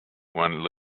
when